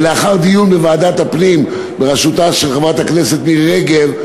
ולאחר דיון בוועדת הפנים בראשותה של חברת הכנסת מירי רגב,